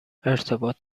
ارتباط